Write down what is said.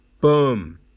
boom